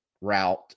route